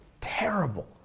terrible